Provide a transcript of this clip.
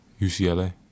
UCLA